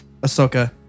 Ahsoka